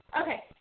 Okay